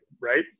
right